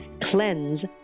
CLEANSE